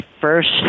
first